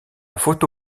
photo